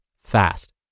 fast